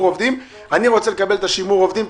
אני רוצה לקבל את שימור העובדים,